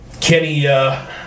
Kenny